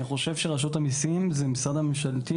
אני חושב שרשות המיסים היא המשרד הממשלתי